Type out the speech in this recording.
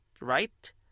right